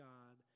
God